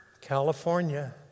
California